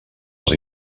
els